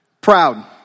Proud